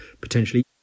potentially